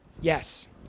Yes